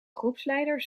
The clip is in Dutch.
groepsleider